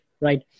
Right